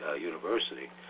University